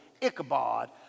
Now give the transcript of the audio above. Ichabod